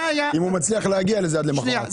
אם הוא מצליח להגיע לזה עד למוחרת.